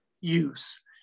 use